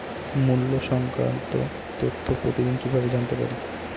মুল্য সংক্রান্ত তথ্য প্রতিদিন কিভাবে জানতে পারি?